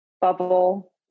bubble